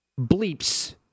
Bleeps